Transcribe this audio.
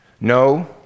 no